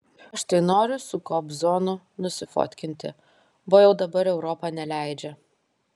aš tai noriu su kobzonu nusifotkinti bo jau dabar europa neleidžia